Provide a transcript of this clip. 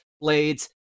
blades